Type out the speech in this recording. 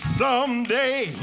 someday